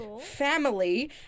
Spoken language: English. family